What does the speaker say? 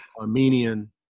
Armenian